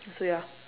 so you're